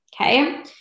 Okay